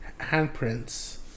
handprints